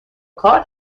کار